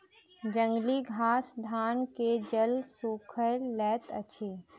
जंगली घास धान के जल सोइख लैत अछि